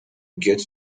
get